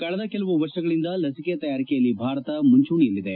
ಕಳೆದ ಕೆಲವು ವರ್ಷಗಳಿಂದ ಲಸಿಕೆ ತಯಾರಿಕೆಯಲ್ಲಿ ಭಾರತ ಮುಂಚೂಣಿಯಲ್ಲಿದೆ